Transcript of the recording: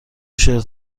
شرت